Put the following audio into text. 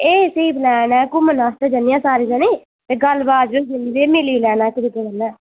एह् स्हेई प्लैन ऐ घुम्मनै आस्तै जन्ने आं सारे जनें ते गल्ल बात बी होई जानी ते मिली लैना इक दूए कन्नै